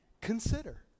consider